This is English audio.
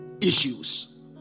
issues